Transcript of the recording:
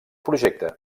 projecte